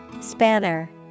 Spanner